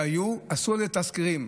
עשו על זה תסקירים.